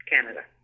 Canada